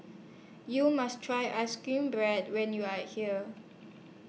YOU must Try Ice Cream Bread when YOU Are here